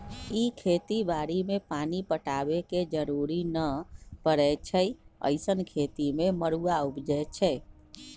इ खेती बाड़ी में पानी पटाबे के जरूरी न परै छइ अइसँन खेती में मरुआ उपजै छइ